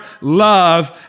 love